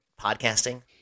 podcasting